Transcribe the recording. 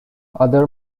other